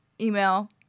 email